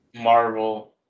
marvel